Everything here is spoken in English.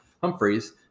Humphreys